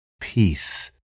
Peace